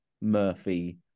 Murphy